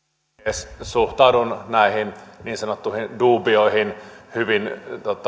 puhemies suhtaudun näihin niin sanottuihin duubioihin hyvin